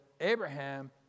Abraham